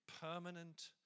Permanent